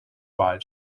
wahl